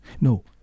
No